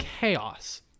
chaos